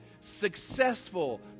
successful